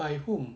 by whom